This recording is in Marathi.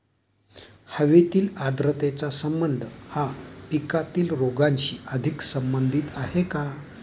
हवेतील आर्द्रतेचा संबंध हा पिकातील रोगांशी अधिक संबंधित आहे का?